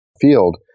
field